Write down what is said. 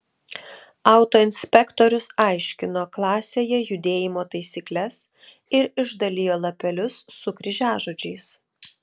autoinspektorius aiškino klasėje judėjimo taisykles ir išdalijo lapelius su kryžiažodžiais